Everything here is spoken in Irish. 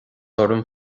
orm